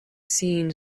seen